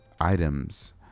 items